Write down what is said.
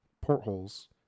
portholes